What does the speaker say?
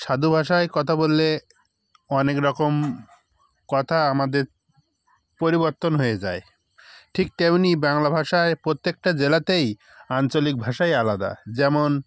সাধু ভাষায় কথা বললে অনেক রকম কথা আমাদের পরিবর্তন হয়ে যায় ঠিক তেমনি বাংলা ভাষায় প্রত্যেকটা জেলাতেই আঞ্চলিক ভাষাই আলাদা যেমন